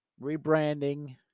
Rebranding